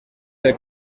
del